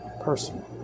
person